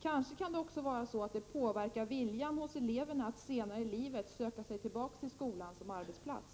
Kanske kan det påverka viljan hos eleverna att senare i livet söka sig tillbaka till skolan som arbetsplats.